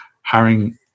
hiring